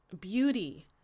beauty